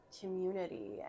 community